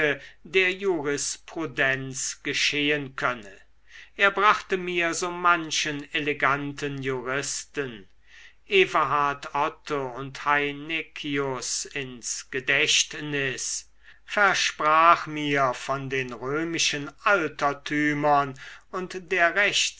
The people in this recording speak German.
der jurisprudenz geschehen könne er brachte mir so manchen eleganten juristen everhard otto und heineccius ins gedächtnis versprach mir von den römischen altertümern und der